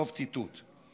סוף ציטוט.